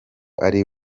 ari